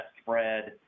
spread